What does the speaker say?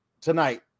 tonight